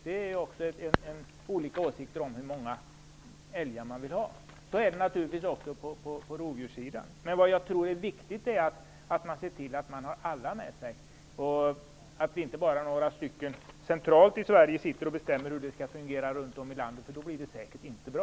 Det finns ju olika åsikter om hur många älgar som skall finnas. Så är det naturligtvis också på rovdjurssidan. Men jag tror att det är viktigt att se till att man har alla med sig, så att inte bara några stycken centralt i Sverige bestämmer hur det skall fungera runt om i landet, för då blir det säkert inte bra.